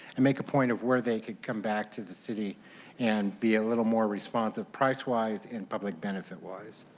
and make a point of where they could come back to the city and be a little bit more responsive, pricewise in public benefit wise.